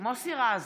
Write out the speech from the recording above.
מוסי רז,